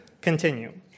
continue